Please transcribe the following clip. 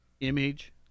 image